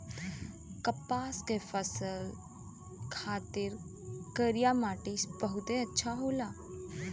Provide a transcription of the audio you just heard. कपास के फसल खातिर करिया मट्टी बहुते अच्छा होला